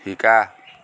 শিকা